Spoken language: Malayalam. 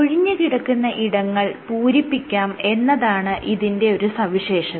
ഒഴിഞ്ഞുകിടക്കുന്ന ഇടങ്ങൾ പൂരിപ്പിക്കാം എന്നതാണ് ഇതിന്റെ ഒരു സവിശേഷത